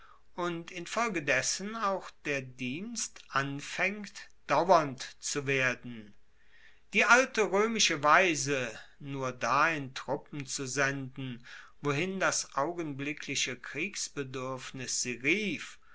und infolgedessen auch der dienst anfaengt dauernd zu werden die alte roemische weise nur dahin truppen zu senden wohin das augenblickliche kriegsbeduerfnis sie rief